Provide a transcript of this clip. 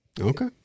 Okay